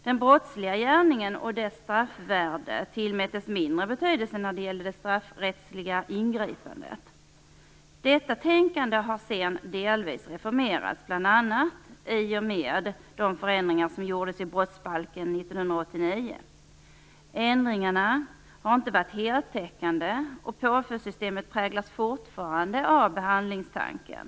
Den brottsliga gärningen och dess straffvärde tillmättes mindre betydelse när det gällde det straffrättsliga ingripandet. Detta tänkande har sedan delvis reformerats, bl.a. i och med de förändringar som gjordes i brottsbalken år 1989. Ändringarna har inte varit heltäckande, och påföljdssystemet präglas fortfarande av behandlingstanken.